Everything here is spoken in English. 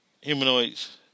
Humanoids